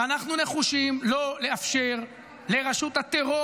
ואנחנו נחושים לא לאפשר לרשות הטרור